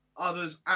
Others